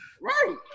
right